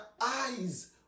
eyes